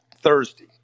Thursday